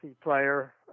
player